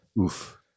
Oof